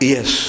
Yes